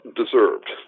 deserved